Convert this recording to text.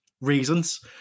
reasons